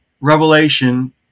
revelation